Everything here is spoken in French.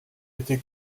été